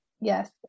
Yes